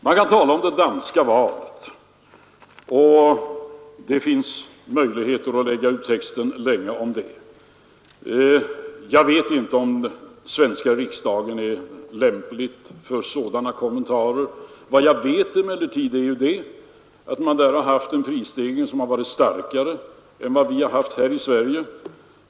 Man kan lägga ut texten länge om det danska valet. Jag vet inte om den svenska riksdagen är ett lämpligt forum för sådana kommentarer. Vad jag emellertid vet är att man i Danmark har haft en prisstegring som har varit starkare än vad vi har haft här i Sverige.